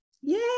Yay